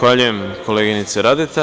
Zahvaljujem, koleginice Radeta.